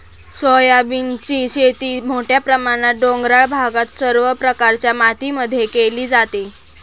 सोयाबीनची शेती मोठ्या प्रमाणात डोंगराळ भागात सर्व प्रकारच्या मातीमध्ये केली जाते